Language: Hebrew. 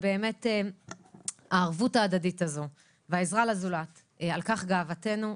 באמת הערבות ההדדית הזו והעזרה לזולת על כך גאוותנו,